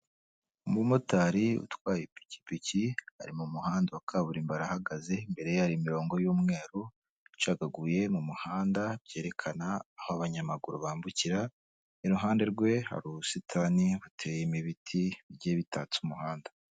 Umumotari utwaye ipikipiki ari mu muhanda wa kaburimbo arahagaze, imbere ye hari imirongo y'umweru icagaguye mu muhanda byerekana aho abanyamaguru bambukira, iruhande rwe hari ubusitani buteyemo ibiti bigiye bitatse umuhanda.